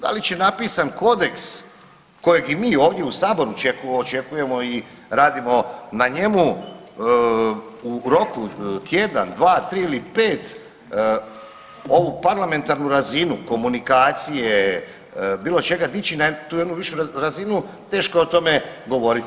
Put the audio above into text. Da li će napisan kodeks kojeg i mi ovdje u saboru očekujemo i radimo na njemu u roku tjedan, dva, tri ili pet ovu parlamentarnu razinu komunikacije bilo čega dići na tu jednu višu razinu teško je o tome govoriti.